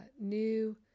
new